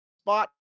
spot